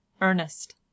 Ernest